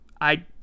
I-